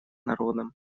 народам